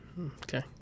Okay